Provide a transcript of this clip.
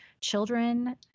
children